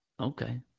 Okay